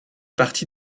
partie